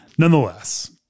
Nonetheless